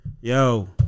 Yo